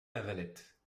lavalette